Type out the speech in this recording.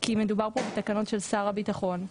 כי מדובר כאן בתקנות של שר הביטחון.